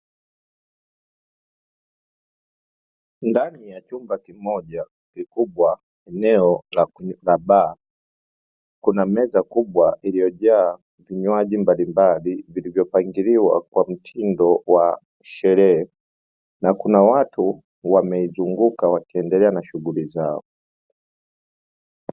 Ndani ya chumba kimoja kikubwa eneo la kuuza baa, kuna meza kubwa iliyojaa vinywaji mbalimbali vilivyopangiliwa kwa mtindo wa sherehe na kuna watu wameizunguka wakiendelea na shughuli zao.